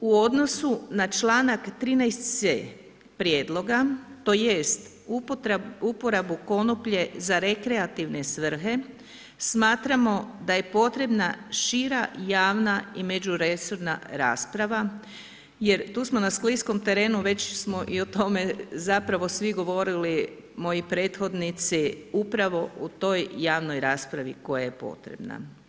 U odnosu na članak 13c prijedloga, tj. uporabu konoplje za rekreativne svrhe smatramo da je potrebna šira javna i međuresurna rasprava jer tu smo na skliskom terenu, već smo o tome zapravo svi govorili, moji prethodnici upravo o toj javnoj raspravi koja je potrebna.